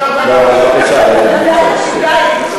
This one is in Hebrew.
מצא את השיטה.